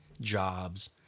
jobs